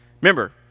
Remember